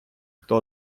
хто